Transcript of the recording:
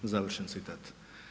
Završen citat.